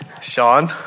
Sean